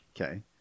Okay